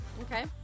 Okay